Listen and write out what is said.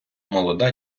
молода